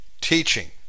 teaching